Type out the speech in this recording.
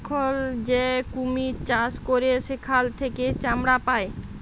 এখল যে কুমির চাষ ক্যরে সেখাল থেক্যে চামড়া পায়